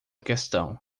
questão